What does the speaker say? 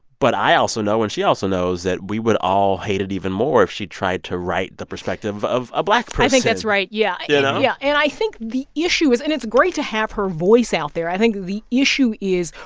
but i also know and she also knows that we would all hate it even more if she tried to write the perspective of a black person i think that's right, yeah you know? yeah. and i think the issue is and it's great to have her voice out there. i think the issue is,